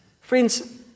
Friends